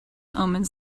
omens